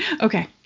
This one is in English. okay